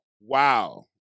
wow